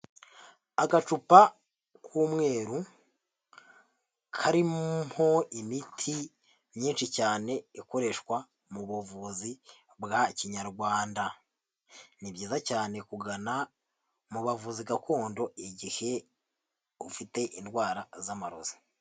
Agacupa k'umweru karimo imiti myinshi cyane ikoreshwa mu buvuzi bwa kinyarwanda, ni byiza cyane kugana mu bavuzi gakondo igihe ufite indwara z'amarozi.